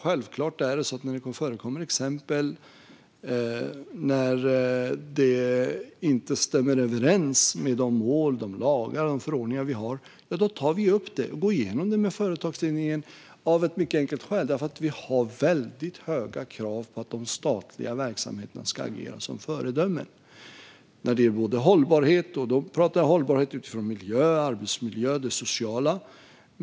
Självklart är det så att när det förekommer exempel där det inte stämmer överens med de mål, lagar och förordningar vi har tar vi upp det och går igenom det med företagsledningen av ett mycket enkelt skäl: Vi har väldigt höga krav på att de statliga verksamheterna ska agera som ett föredöme. Det gäller hållbarhet, och då talar jag om hållbarhet utifrån miljö, arbetsmiljö och det sociala.